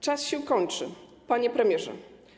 Czas się kończy, panie premierze.